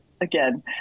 again